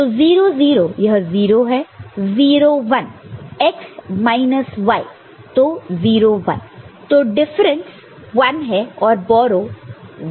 तो 0 0 यह 0 है 0 1 x माइनस y तो 01 तो डिफरेंस 1 है और बोरो 1 है